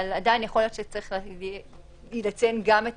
אבל עדיין יכול להיות שצריך יהיה לציין גם את